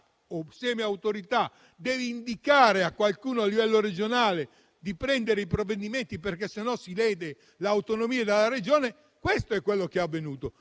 o semi autorità, che deve indicare a qualcuno, a livello regionale, di prendere provvedimenti, altrimenti si lede l'autonomia della Regione. Questo è quello che è avvenuto.